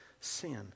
Sin